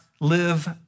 live